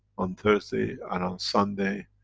on thursday and on sunday,